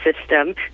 system